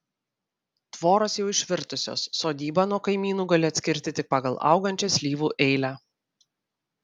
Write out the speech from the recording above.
tvoros jau išvirtusios sodybą nuo kaimynų gali atskirti tik pagal augančią slyvų eilę